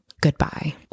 Goodbye